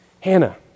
Hannah